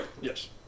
yes